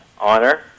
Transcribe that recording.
Honor